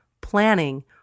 planning